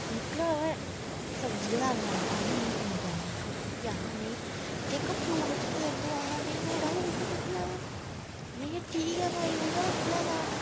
निकला भाएं सब्जी दा होग आक्खदा नी अम्बै दा निकलिया फ्ही आक्खदा नेईं जेह्का फरूट उसी पंसद ऐ ओह् आखदा नेईं नोआढ़ा गै बूह्टा निकला दा ऐ मेहां ठीक ऐ भाई ओह्दा गै निकला दा होना